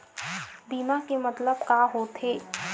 बीमा के मतलब का होथे?